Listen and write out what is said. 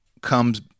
comes